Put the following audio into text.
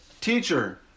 Teacher